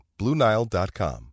BlueNile.com